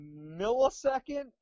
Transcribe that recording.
millisecond